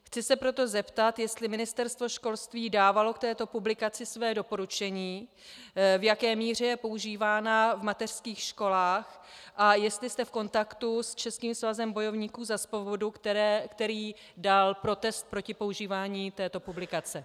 Chci se proto zeptat, jestli Ministerstvo školství dávalo k této publikaci své doporučení, v jaké míře je používána v mateřských školách a jestli jste v kontaktu s Českým svazem bojovníků za svobodu, který dal protest proti používání této publikace.